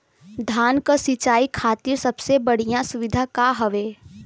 धान क सिंचाई खातिर सबसे बढ़ियां सुविधा का हवे?